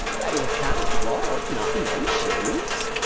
but you can't walk, not in them shoes.